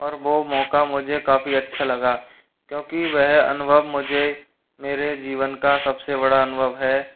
और वो मौका मुझे काफ़ी अच्छा लगा क्योंकि वह अनुभव मुझे मेरे जीवन का सबसे बड़ा अनुभव है